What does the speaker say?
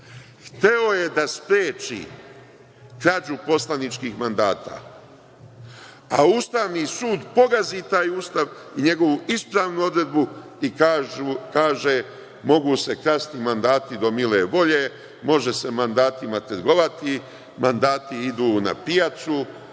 hteo je da spreči krađu poslaničkih mandata, a Ustavni sud pogazi taj Ustav i njegovu ispravnu odredbu i kaže mogu se krasti mandati do mile volje, može se mandatima trgovati, mandati idu na pijacu,